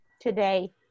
today